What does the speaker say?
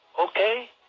Okay